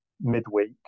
midweek